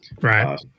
Right